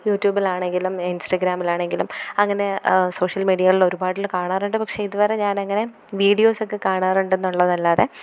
you ട്യൂബിലാണെങ്കിലും ഇൻസ്റ്റഗ്രാമിലാണെങ്കിലും അങ്ങനെ സോഷ്യൽ മീഡിയകളിലൊരുപാട് കാണാറുണ്ട് പക്ഷെ ഇതുവരെ ഞാനങ്ങനെ വിഡിയോസൊക്കെ കാണാറുണ്ടെന്നൊള്ളതല്ലാതെ